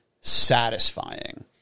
satisfying